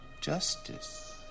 justice